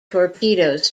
torpedoes